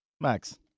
max